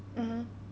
mmhmm